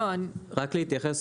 רק להתייחס,